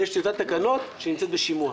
יש סידרת תקנות שנמצאת בשימוע.